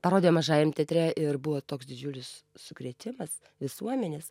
parodė mažajam teatre ir buvo toks didžiulis sukrėtimas visuomenės